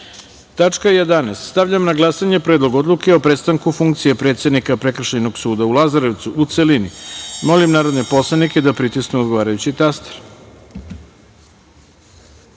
reda. Stavljam na glasanje Predlog odluke o prestanku funkcije predsednika Prekršajnog suda u Lazarevcu, u celini. Molim narodne poslanike da pritisnu odgovarajući